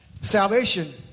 Salvation